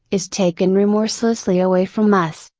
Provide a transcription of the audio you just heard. is taken remorselessly away from us,